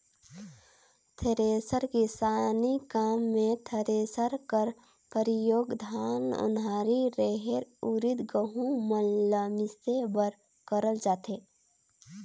thresher किसानी काम मे थरेसर कर परियोग धान, ओन्हारी, रहेर, उरिद, गहूँ मन ल मिसे बर करल जाथे